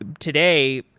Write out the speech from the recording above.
ah today,